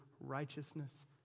righteousness